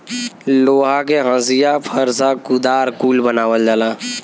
लोहा के हंसिआ फर्सा कुदार कुल बनावल जाला